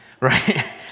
Right